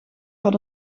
had